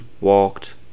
walked